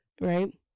right